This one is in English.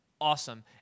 awesome